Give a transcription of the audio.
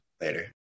Later